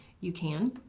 you can.